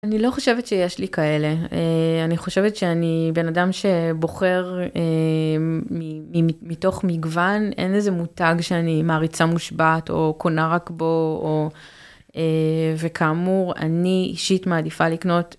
אני לא חושבת שיש לי כאלה, אני חושבת שאני בן אדם שבוחר מתוך מגוון, אין איזה מותג שאני מעריצה מושבת או קונה רק בו, וכאמור, אני אישית מעדיפה לקנות.